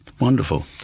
Wonderful